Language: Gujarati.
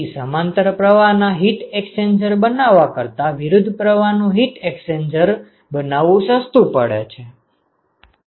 આથી સમાંતર પ્રવાહના હીટ એક્સ્ચેન્જર બનાવવા કરતાં વિરુદ્ધ પ્રવાહનું હીટ એક્સ્ચેન્જર બનાવવું સસ્તું પડે